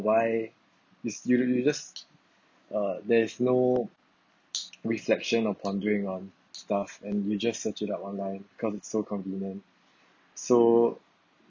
why is you you you just uh there's no reflection or pondering on stuff and we just search it up online become so convenient so